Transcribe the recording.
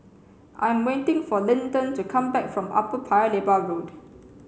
I'm waiting for Linton to come back from Upper Paya Lebar Road